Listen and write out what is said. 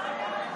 לא עובד,